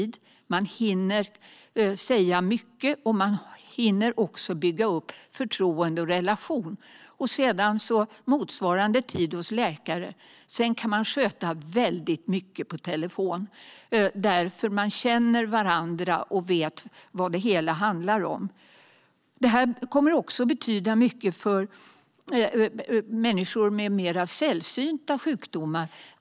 På den timmen hinner man säga mycket, och man hinner också bygga upp förtroende och relation. Därefter får man motsvarande tid hos läkare. Sedan kan man sköta väldigt mycket på telefon, eftersom man känner varandra och vet vad det hela handlar om. Att specialistkunnande kan lyftas ut i primärvården kommer också att betyda mycket för människor med mer sällsynta sjukdomar.